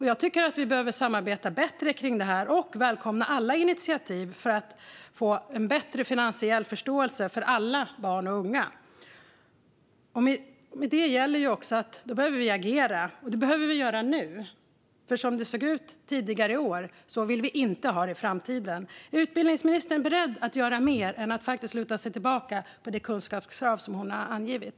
Jag tycker att vi behöver samarbeta bättre om detta och välkomna alla initiativ för att få en bättre finansiell förståelse för alla barn och unga. Då behöver vi agera, och det behöver vi göra nu. Som det såg ut tidigare i år vill vi inte ha det i framtiden. Är utbildningsministern beredd att göra mer än att bara luta sig mot det kunskapskrav som hon har angivit?